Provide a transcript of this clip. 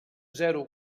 zero